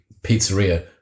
pizzeria